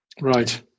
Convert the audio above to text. Right